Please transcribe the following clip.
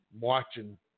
watching